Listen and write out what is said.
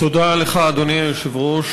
תודה לך, אדוני היושב-ראש.